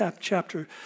chapter